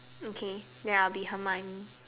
okay then I'll be Hermione